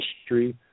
history